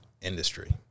industry